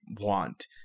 want